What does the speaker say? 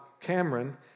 Cameron